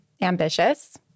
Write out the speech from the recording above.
ambitious